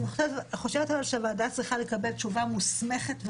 אני חושבת אבל שהוועדה צריכה לקבל תשובה מוסמכת,